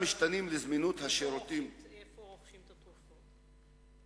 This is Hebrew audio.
איפה רוכשים את התרופות?